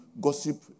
gossip